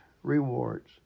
Rewards